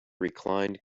reclined